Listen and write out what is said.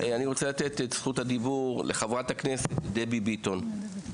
אני רוצה לתת את זכות הדיבור לחברת הכנסת דבי ביטון.